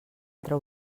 altra